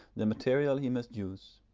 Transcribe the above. the material he must use.